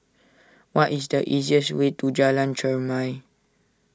what is the easiest way to Jalan Cherma